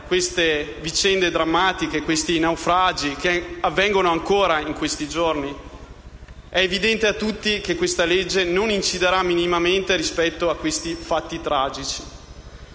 le vicende drammatiche, i naufragi che avvengono ancora in questi giorni? È evidente a tutti che il provvedimento non inciderà minimamente rispetto a questi fatti tragici.